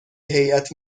هیات